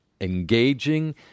engaging